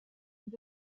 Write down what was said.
with